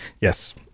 yes